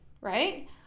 right